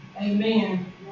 amen